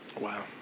Wow